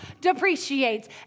depreciates